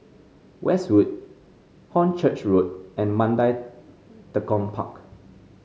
Westwood Hornchurch Road and Mandai Tekong Park